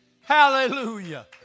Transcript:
Hallelujah